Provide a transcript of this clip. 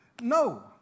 No